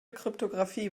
kryptographie